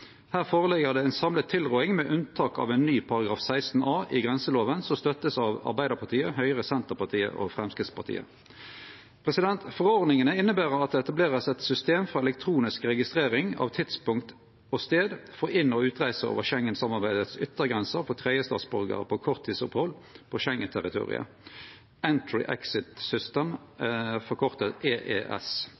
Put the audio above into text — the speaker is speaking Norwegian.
Her ligg det føre ei samla tilråding, med unntak av ny § 16 a i grenselova, som vert støtta av Arbeidarpartiet, Høgre, Senterpartiet og Framstegspartiet. Forordningane inneber at det vert etablert eit system for elektronisk registrering av tidspunkt og sted for inn- og utreise over Schengen-samarbeidets yttergrenser for tredjestatsborgarar på korttidsopphald på